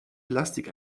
plastik